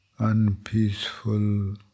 unpeaceful